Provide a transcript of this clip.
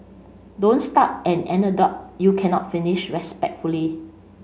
don't start an anecdote you cannot finish respectfully